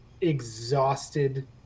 exhausted